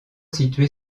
située